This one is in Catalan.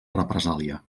represàlia